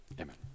Amen